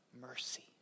mercy